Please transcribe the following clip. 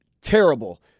Terrible